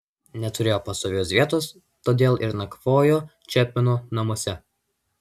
neturėjo pastovios vietos todėl ir nakvojo čepmeno namuose